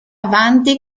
avanti